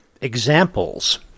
examples